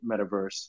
metaverse